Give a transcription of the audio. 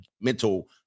mental